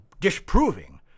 disproving